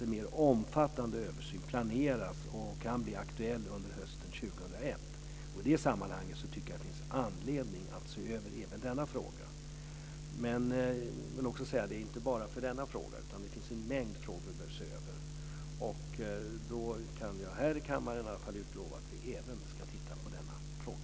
En mer omfattande översyn planeras och kan bli aktuell under hösten 2001, och i det sammanhanget tycker jag att det finns anledning att se över även denna fråga. Det ska inte göras en översyn av bara denna fråga, utan det finns en mängd frågor som behöver ses över. Jag kan här i kammaren utlova att vi ska titta även på denna fråga.